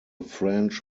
french